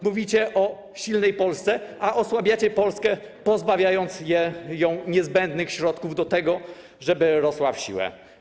Mówicie o silnej Polsce, a osłabiacie Polskę, pozbawiając ją niezbędnych środków do tego, żeby rosła w siłę.